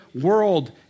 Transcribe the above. world